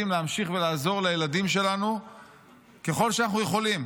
להמשיך לעזור לילדים שלנו ככל שאנחנו יכולים,